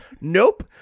Nope